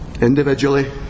Individually